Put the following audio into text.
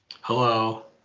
Hello